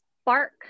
spark